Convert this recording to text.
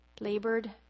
labored